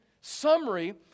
summary